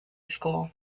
school